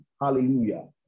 Hallelujah